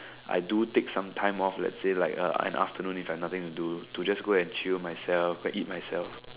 I do take some time off let's say like a an afternoon if I have nothing to do to just go and chill myself go and eat myself